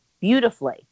beautifully